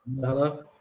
Hello